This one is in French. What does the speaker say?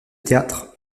théâtre